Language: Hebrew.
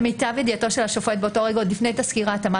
למיטב ידיעתו של השופט באותו רגע עוד לפני תסקיר ההתאמה,